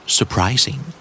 Surprising